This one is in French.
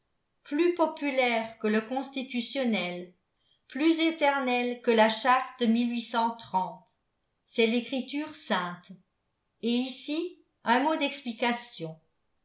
plus populaire que le constitutionnel plus éternel que la charte de cest lécriture sainte et ici un mot d'explication